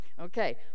Okay